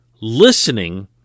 listening